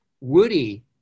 Woody